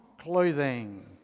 clothing